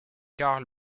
carl